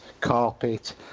carpet